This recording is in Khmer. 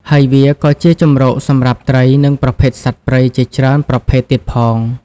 ហើយវាក៏ជាជម្រកសម្រាប់ត្រី និងប្រភេទសត្វព្រៃជាច្រើនប្រភេទទៀតផង។